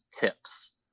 tips